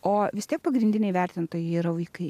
o vis tiek pagrindiniai vertintojai yra vaikai